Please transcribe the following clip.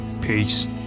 Peace